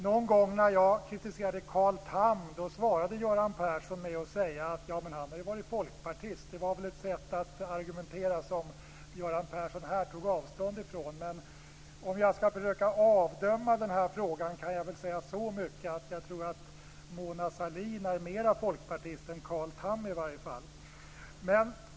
Någon gång när jag kritiserade Carl Tham svarade Göran Persson med att säga att han varit folkpartist. Det var ett sätt att argumentera som Göran Persson här tog avstånd från. Men om jag skall försöka avdöma frågan, kan jag säga så mycket att jag tror att Mona Sahlin är mer folkpartist än Carl Tham.